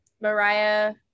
Mariah